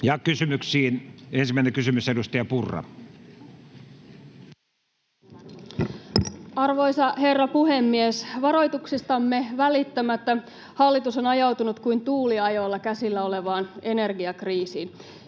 Kysymyksiin. — Ensimmäinen kysymys, edustaja Purra. Arvoisa herra puhemies! Varoituksistamme välittämättä hallitus on ajautunut kuin tuuliajolla käsillä olevaan energiakriisiin.